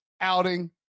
outing